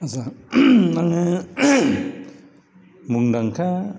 जोंहा आङो मुंदांखा